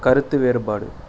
கருத்து வேறுபாடு